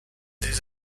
des